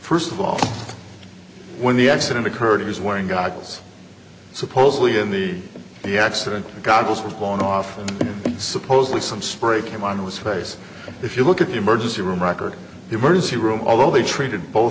first of all when the accident occurred he's wearing goggles supposedly in the the accident goggles were blown off and supposedly some spray came on his face if you look at the emergency room records emergency room although they treated both